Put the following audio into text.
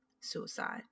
suicide